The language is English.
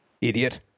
Idiot